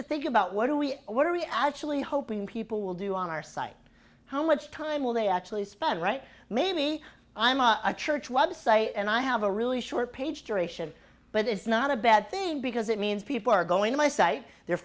to think about what do we what are we actually hoping people will do on our site how much time will they actually spend right maybe i'm a church website and i have a really short page duration but it's not a bad thing because it means people are going to my site they're